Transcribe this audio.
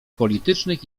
politycznych